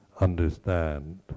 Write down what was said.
understand